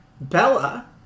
Bella